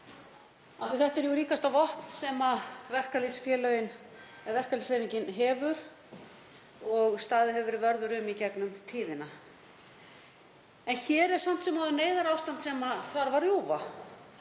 Þetta er sterkasta vopnið sem verkalýðshreyfingin hefur og staðið hefur verið vörður um í gegnum tíðina. En hér er samt sem áður neyðarástand sem þarf að rjúfa.